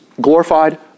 glorified